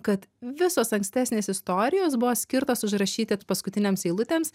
kad visos ankstesnės istorijos buvo skirtos užrašyti paskutinėms eilutėms